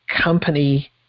company